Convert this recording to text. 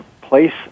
place